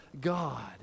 god